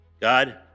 God